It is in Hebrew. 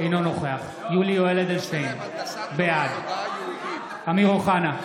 אינו נוכח יולי יואל אדלשטיין, בעד אמיר אוחנה,